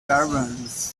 turbans